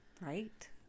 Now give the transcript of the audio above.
Right